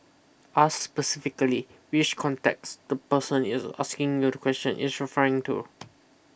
ask specifically which context the person is asking you the question is referring to